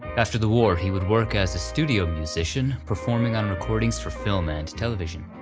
after the war he would work as a studio musician performing on recordings for film and television.